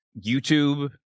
youtube